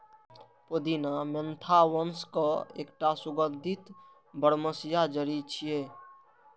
पुदीना मेंथा वंशक एकटा सुगंधित बरमसिया जड़ी छियै